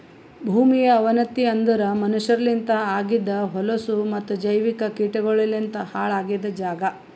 ಭೂಮಿಯ ಅವನತಿ ಅಂದುರ್ ಮನಷ್ಯರಲಿಂತ್ ಆಗಿದ್ ಹೊಲಸು ಮತ್ತ ಜೈವಿಕ ಕೀಟಗೊಳಲಿಂತ್ ಹಾಳ್ ಆಗಿದ್ ಜಾಗ್